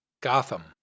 Gotham